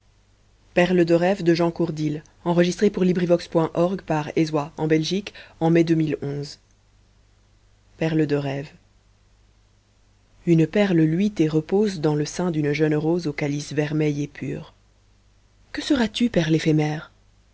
courdil perles de reve une perle luit et repose dans le sein d'une jeune rose au calice vermeil et pur que seras-tu perle éphémère